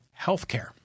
Healthcare